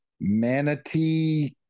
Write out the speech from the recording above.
Manatee